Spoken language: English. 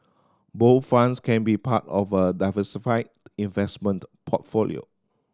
bond funds can be part of a diversified investment portfolio